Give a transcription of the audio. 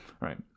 right